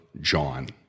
John